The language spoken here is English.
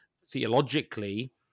theologically